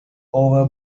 over